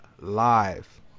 live